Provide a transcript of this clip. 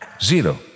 zero